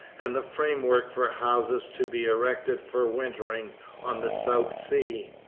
and the framework for houses to be erected for wintering on the south sea.